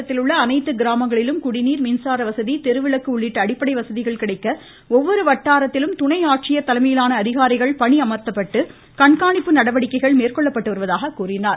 மாவட்டத்தில் உள்ள அனைத்து கிராமங்களிலும் குடிநீர் மின்சார வசதி தெருவிளக்கு உள்ளிட்ட அடிப்படை வசதிகள் கிடைக்க ஒவ்வொரு வட்டாரத்திலும் துணை ஆட்சியர் தலைமையிலான அதிகாரிகள் பணியமர்த்தப்பட்டு கண்காணிப்பு நடவடிக்கைகள் மேற்கொள்ளப்பட்டு வருவதாக அவர் கூறினார்